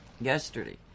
yesterday